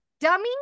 dummy